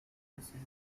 criticized